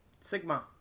Sigma